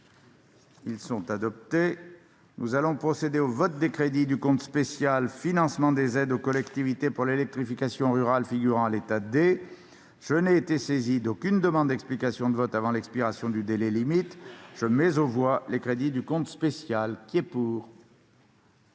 ces crédits. Nous allons procéder au vote des crédits du compte d'affectation spéciale « Financement des aides aux collectivités pour l'électrification rurale », figurant à l'état D. Je n'ai été saisi d'aucune demande d'explication de vote avant l'expiration du délai limite. Je mets aux voix ces crédits. Nous avons